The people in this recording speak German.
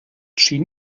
schien